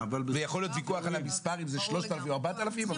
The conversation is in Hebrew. זה יכול להיות ויכוח על המספר אם זה 3,000 או 4,000. אני